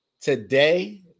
today